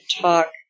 talk